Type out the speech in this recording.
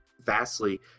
vastly